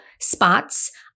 spots